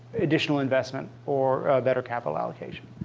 additional investment or better capital allocation.